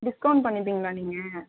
discount பண்ணிப்பீங்களா நீங்கள்